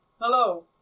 Hello